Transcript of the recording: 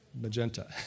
magenta